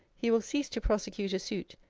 he will cease to prosecute a suit,